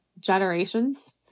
generations